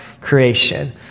creation